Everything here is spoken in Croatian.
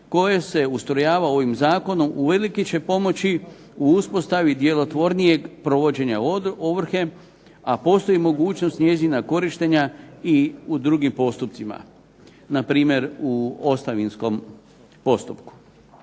koje se ustrojava ovim zakonom uvelike će pomoći u uspostavi djelotvornijeg provođenja ovrhe, a postoji mogućnost njezina korištenja i u drugim postupcima, na primjer u ostavinskom postupku.